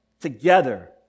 together